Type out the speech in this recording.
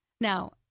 Now